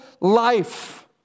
life